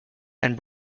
and